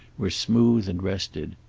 were smooth and rested.